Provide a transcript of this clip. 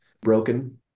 Broken